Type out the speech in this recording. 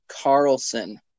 Carlson